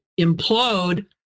implode